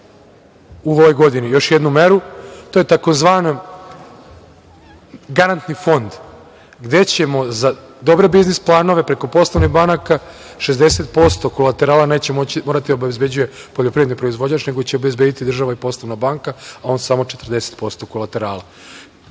u ovoj godini, još jednu meru. To je tzv. garantni fond, gde ćemo za dobre biznis planove preko poslovnih banaka, 60% kolaterala neće morati da obezbeđuje poljoprivredni proizvođač, nego će obezbediti država i poslovna banka, a on samo 40% kolaterala. Danas